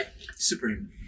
supreme